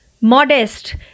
Modest